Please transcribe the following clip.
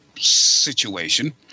situation